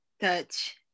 touch